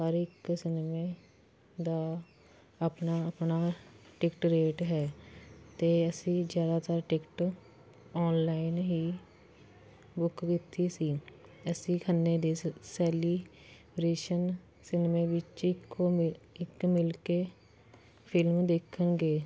ਹਰ ਇੱਕ ਸਿਨੇਮੇ ਦਾ ਆਪਣਾ ਆਪਣਾ ਟਿਕਟ ਰੇਟ ਹੈ ਅਤੇ ਅਸੀਂ ਜ਼ਿਆਦਾਤਰ ਟਿਕਟ ਔਨਲਾਈਨ ਹੀ ਬੁੱਕ ਕੀਤੀ ਸੀ ਅਸੀਂ ਖੰਨੇ ਦੇ ਸ ਸੈਲੀਰੇਸ਼ਨ ਸਿਨਮੇ ਵਿੱਚ ਇੱਕੋ ਮੇ ਇੱਕ ਮਿਲ ਕੇ ਫਿਲਮ ਦੇਖਣ ਗਏ